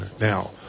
now